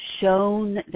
shown